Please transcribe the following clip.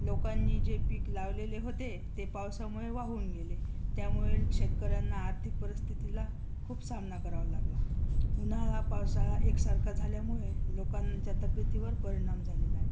लोकांनी जे पीक लावलेले होते ते पावसामुळे वाहून गेले त्यामुळे शेतकऱ्यांना आर्थिक परिस्थितीला खूप सामना करावा लागला उन्हाळा पावसाळा एकसारखा झाल्यामुळे लोकांच्या तब्येतीवर परिणाम झालेला आहे